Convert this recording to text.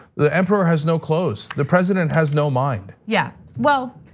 the emperor has no clothes. the president has no mind. yeah, well,